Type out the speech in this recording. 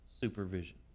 supervision